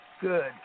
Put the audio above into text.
Good